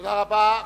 תודה רבה.